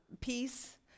peace